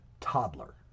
toddler